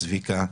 צביקה,